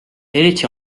eriti